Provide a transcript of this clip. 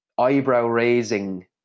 Eyebrow-raising